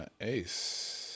ace